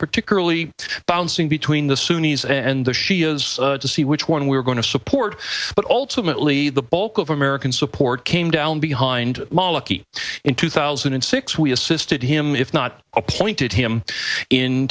particularly bouncing between the sunni's and the shias to see which one we were going to support but ultimately the bulk of american support came down behind in two thousand and six we assisted him if not appointed him in